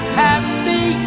happy